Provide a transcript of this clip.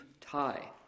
tie